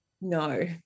no